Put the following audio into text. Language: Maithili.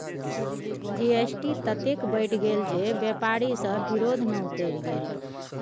जी.एस.टी ततेक बढ़ि गेल जे बेपारी सभ विरोध मे उतरि गेल